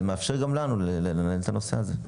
אבל נאפשר גם לנו לנהל את הנושא הזה.